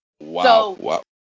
Wow